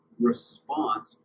Response